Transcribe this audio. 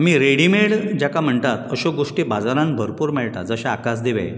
आमी रेडिमेड जाका म्हणटात अश्यो गोश्टी बाजारांत भरपूर मेळटात जशे आकाशदिवे